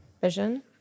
vision